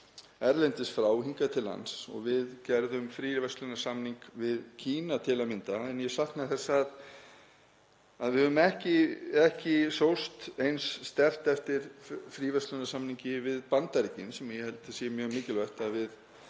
erlendis frá hingað til lands. Við gerðum til að mynda fríverslunarsamning við Kína. En ég sakna þess að við höfum ekki sóst eins sterkt eftir fríverslunarsamningi við Bandaríkin sem ég held að sé mjög mikilvægt að við